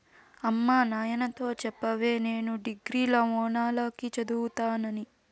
అమ్మ నాయనతో చెప్పవే నేను డిగ్రీల ఓనాల కి చదువుతానని